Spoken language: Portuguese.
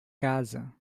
casa